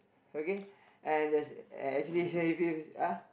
okay and there's and actually ah